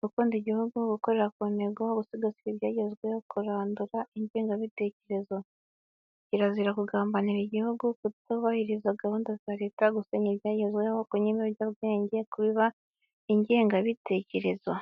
gukunda Igihugu gukorera ku ntego, gusigasira ibyagezweho, kurandura ingengabitekerezo. Kirazira kugambanira Igihugu, kutubahiriza gahunda za leta, gusenya ibyagezweho, kunywa ibiyobyabwenge, kubiba ingengabitekerezo.